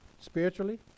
Spiritually